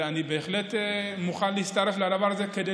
ואני בהחלט מוכן להצטרף לדבר הזה כדי